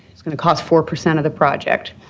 going to cost four percent of the project,